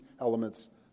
elements